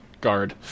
guard